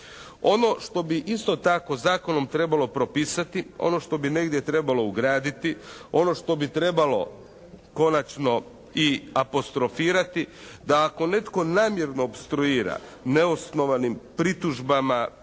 Ono što bi isto tako zakonom trebalo propisati, ono što bi negdje trebalo ugraditi, ono što bi trebalo konačno i apostrofirati, da ako netko namjerno opstruira neosnovanim pritužbama